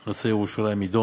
ביום ראשון נושא ירושלים יידון.